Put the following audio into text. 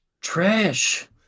trash